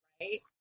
right